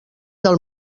del